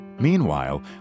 Meanwhile